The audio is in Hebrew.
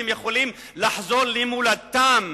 הם יכולים לחזור למולדתם,